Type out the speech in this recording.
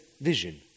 vision